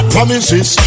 Promises